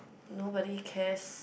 nobody cares